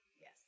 Yes